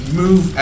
move